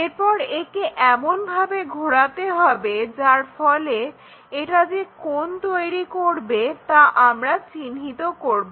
এরপর একে এমন ভাবে ঘোরাতে হবে যার ফলে এটা যে কোণ তৈরি করবে আমরা তা চিহ্নিত করব